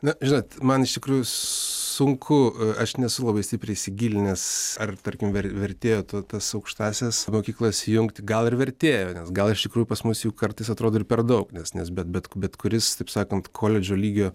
na žinot man iš tikrųjų sunku aš nesu labai stipriai įsigilinęs ar tarkim vertėjo t tas aukštąsias mokyklas jungt gal ir vertėjo nes gal iš tikrųjų pas mus jų kartais atrodo ir per daug nes nes bet bet bet kuris taip sakant koledžo lygio